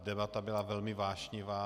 Debata byla velmi vášnivá.